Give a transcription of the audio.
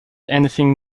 anything